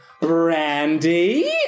Brandy